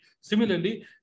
Similarly